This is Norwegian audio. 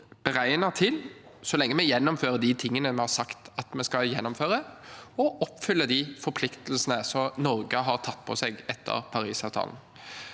beregnet til – så lenge vi gjennomfører de tingene vi har sagt at vi skal gjennomføre – å oppfylle de forpliktelsene som Norge har tatt på seg etter Parisavtalen.